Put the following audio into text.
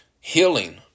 healing